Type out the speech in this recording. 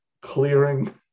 clearing